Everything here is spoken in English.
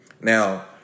Now